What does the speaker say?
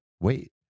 wait